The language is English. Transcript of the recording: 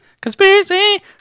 Conspiracy